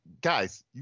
guys